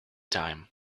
time